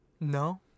No